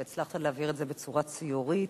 והצלחת להעביר את זה בצורה ציורית,